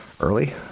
early